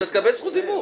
אתה תקבל זכות דיבור.